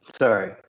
sorry